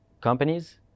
companies